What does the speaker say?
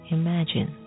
imagine